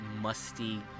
musty